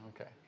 Okay